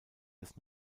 des